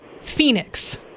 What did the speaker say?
Phoenix